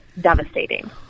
devastating